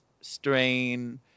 strain